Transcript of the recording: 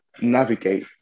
navigate